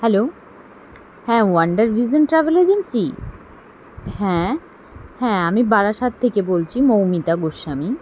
hello হ্যাঁ wonder vision travel agency হ্যাঁ হ্যাঁ আমি বারাসাত থেকে বলছি মৌমিতা গোস্বামী